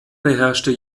beherrschte